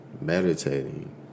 Meditating